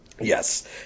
Yes